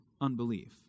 unbelief